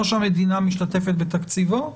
או שהמדינה משתתפת בתקציבו,